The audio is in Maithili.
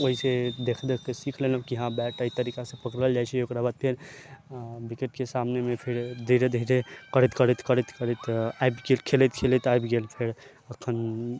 ओहिसे देख देख के सीख लेलहुॅं की हँ बैट एहि तरीका से पकड़ल जाइ छै ओकरा बाद फेर विकेट के सामने मे फिर धीरे धीरे करैत करै आबि गेल खेलैत खेलैत आबि गेल फेर अखन